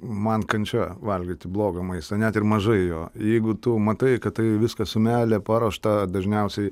man kančia valgyti blogą maistą net ir mažaijo jeigu tu matai kad tai viskas su meile paruošta dažniausiai